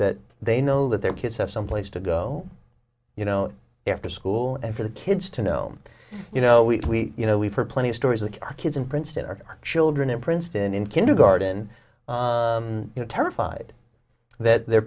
that they know that their kids have someplace to go you know after school and for the kids to know you know we you know we've heard plenty of stories of our kids in princeton our children in princeton in kindergarten you know terrified that their